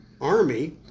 army